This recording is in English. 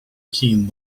keen